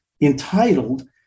entitled